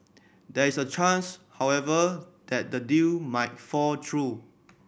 there is a chance however that the deal might fall through